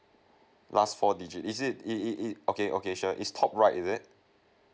last four digit is it it it it okay okay sure it's top right is it